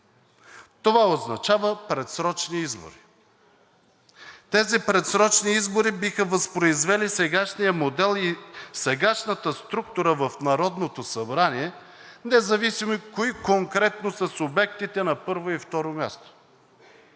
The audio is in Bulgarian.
Това означава предсрочни избори. Тези предсрочни избори биха възпроизвели сегашния модел и сегашната структура в Народното събрание, независимо кои конкретно са субектите на първо и второ място.